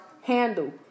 handle